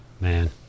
man